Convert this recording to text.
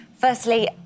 Firstly